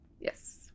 Yes